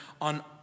on